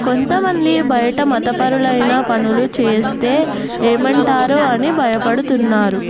కొంతమంది బయట మతపరులైన పనులు చేస్తే ఏమంటారో అని భయపడుతున్నారు